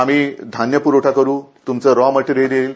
आम्ही धान्य पुरवठा करू तुमचं रॉ मटेरियल येईल